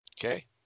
Okay